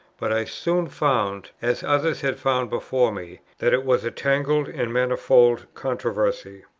but i soon found, as others had found before me, that it was a tangled and manifold controversy,